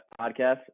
podcast